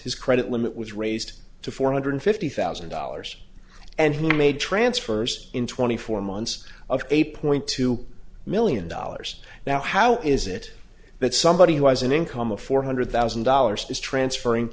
his credit limit was raised to four hundred fifty thousand dollars and he made transfers in twenty four months of a point two million dollars now how is it that somebody who has an income of four hundred thousand dollars is transferring